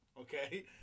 Okay